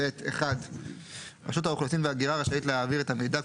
(ב) (1)רשות האוכלוסין וההגירה רשאית להעביר את המידע,